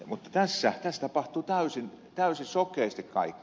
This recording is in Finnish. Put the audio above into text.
mutta tässä tapahtuu täysin sokeasti kaikki